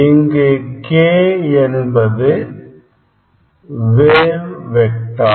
இங்கு k என்பது wave vector